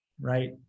right